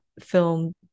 film